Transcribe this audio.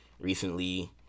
recently